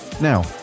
now